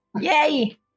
Yay